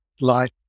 light